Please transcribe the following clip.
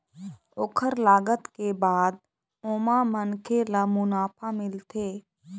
ओखर लागत के बाद ओमा मनखे ल मुनाफा मिलथे